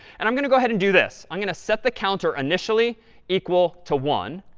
and i'm going to go ahead and do this. i'm going to set the counter initially equal to one.